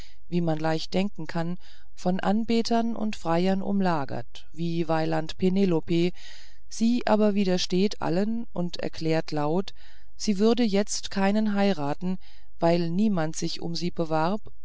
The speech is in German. wie man leicht denken kann von anbetern und freiern umlagert wie weiland penelope sie aber widersteht allen und erklärt laut sie würde jetzt keinen heiraten weil niemand sich um sie bewarb